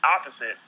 opposite